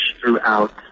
throughout